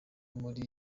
muri